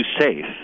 safe